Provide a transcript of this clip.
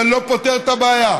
זה לא פותר את הבעיה.